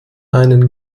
einen